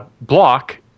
block